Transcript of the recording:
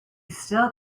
still